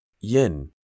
Yin